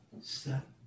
step